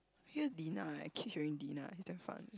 hear deny I keep hearing deny is damn funny